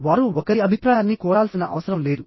వారు ఒకరి అభిప్రాయాన్ని కోరాల్సిన అవసరం లేదు